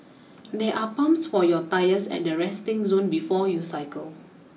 there are pumps for your tyres at the resting zone before you cycle